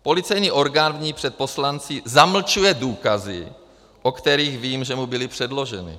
Policejní orgán v ní před poslanci zamlčuje důkazy, o kterých vím, že mu byly předloženy.